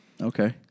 Okay